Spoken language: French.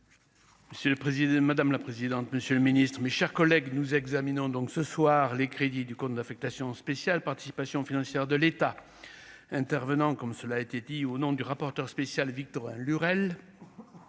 monsieur le président, madame la présidente, monsieur le Ministre, mes chers collègues, nous examinons donc ce soir, les crédits du compte d'affectation spéciale Participations financières de l'État intervenant comme cela a été dit au nom du rapporteur spécial Victorin Lurel